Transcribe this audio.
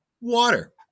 water